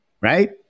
Right